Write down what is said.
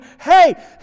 Hey